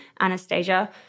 Anastasia